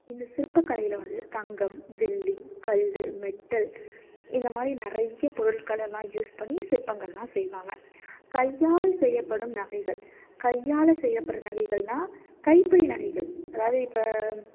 இந்த சிற்பக் கலையில் வந்து தங்கம் வெள்ளி கல் மெட்டல் இந்த மாதிரி நிறைய பொருட்களெல்லாம் யூஸ் பண்ணி சிற்பங்களெல்லாம் செய்வாங்க கையால் செய்யப்படும் நகைகள் கையால் செய்யப்படுகிற நகைகள்னால் கைப்பை நகைகள் அதாவது இப்போ